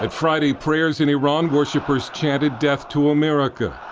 um friday prayers in iran, worshipers chanted death to america.